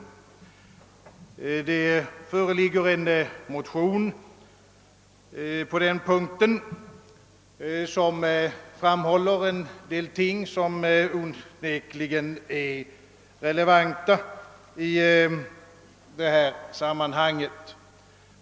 Därvidlag föreligger en motion, där det framhålles en del omständigheter som onekligen är relevanta i detta sammanhang.